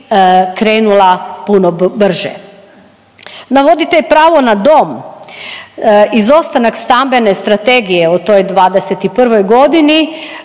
krenula puno brže. Navodite i pravo na dom, izostanak stambene strategije u toj '21.g.